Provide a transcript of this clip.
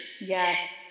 Yes